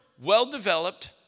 well-developed